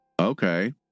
okay